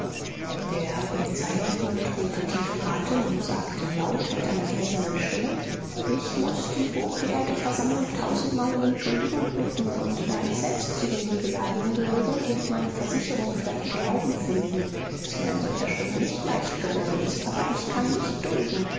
der polizeileutnant holte tief atem und sagte laut mit einer gläsernen stimme ich muß die hochgeehrte versammlung tausendmal um entschuldigung bitten und da ich selbst zu den hier geladenen gehöre wird meine versicherung vielleicht glauben finden daß mir ein solcher schritt nicht leicht geworden ist aber ich kann nicht dulden